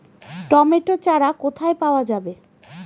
Tomato চারা কোথায় পাওয়া যাবে?